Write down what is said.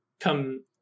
come